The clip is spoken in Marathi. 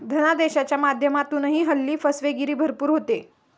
धनादेशाच्या माध्यमातूनही हल्ली फसवेगिरी भरपूर होते